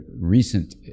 recent